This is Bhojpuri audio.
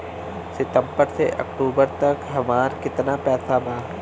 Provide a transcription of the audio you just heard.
सितंबर से अक्टूबर तक हमार कितना पैसा बा?